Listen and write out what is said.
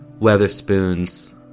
Weatherspoons